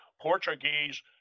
Portuguese